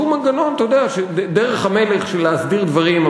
שהוא דרך המלך להסדיר דברים,